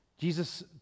jesus